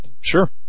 sure